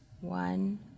One